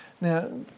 Now